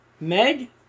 Meg